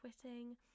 quitting